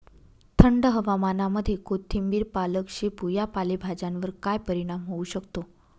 थंड हवामानामध्ये कोथिंबिर, पालक, शेपू या पालेभाज्यांवर काय परिणाम होऊ शकतो?